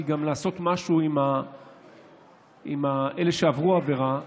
זה גם לעשות משהו עם אלה שעברו עבירה.